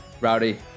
Rowdy